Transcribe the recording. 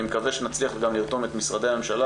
אני מקווה שנצליח לרתום גם את משרדי הממשלה,